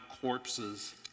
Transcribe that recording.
corpses